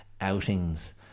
outings